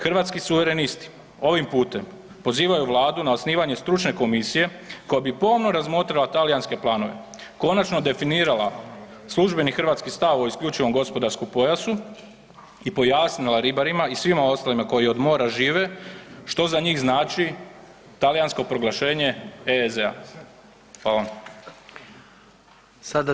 Hrvatski suverenisti ovim putem pozivaju Vladu na osnivanje stručne komisije koja bi pomno razmotrila talijanske planove, konačno definirala službeni hrvatski stav o isključivom gospodarskom pojasu i pojasnila ribarima i svima ostalima koji od mora žive što za njih znači talijansko proglašenje EEZ-a.